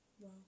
Wow